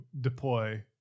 deploy